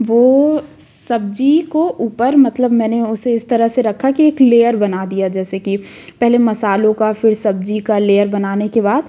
वो सब्जी को ऊपर मतलब मैंने उसे इस तरह से रखा की एक लेयर बना दिया जैसे कि पहले मसालों का फिर सब्जी का लेयर बनाने के बाद